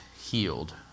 healed